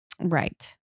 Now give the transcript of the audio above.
Right